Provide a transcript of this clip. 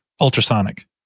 ultrasonic